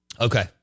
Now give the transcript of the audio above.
Okay